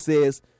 says